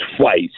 twice